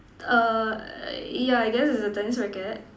err yeah I guess it's a tennis racket